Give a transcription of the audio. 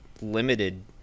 limited